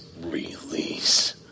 release